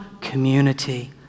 community